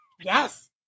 yes